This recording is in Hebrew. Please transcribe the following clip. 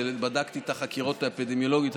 בדקתי את החקירות האפידמיולוגיות.